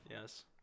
yes